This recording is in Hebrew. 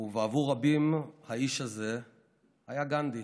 ובעבור רבים האיש הזה היה גנדי,